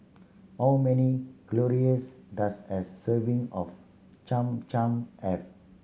how many calories does a serving of Cham Cham have